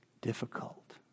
difficult